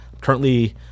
currently